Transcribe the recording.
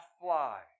fly